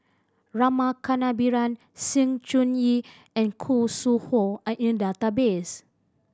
Rama Kannabiran Sng Choon Yee and Khoo Sui Hoe are in the database